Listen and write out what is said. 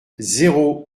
zéro